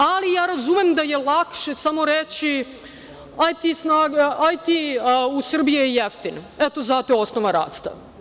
Ali, ja razumem da je lakše samo reći - IT u Srbiji je jeftin, eto zato je osnova rasta.